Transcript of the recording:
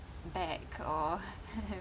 back or